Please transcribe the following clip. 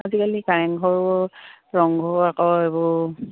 আজিকালি কাৰেংঘৰো ৰংঘৰ আকৌ এইবোৰ